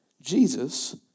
Jesus